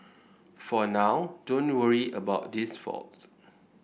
for now don't worry about these faults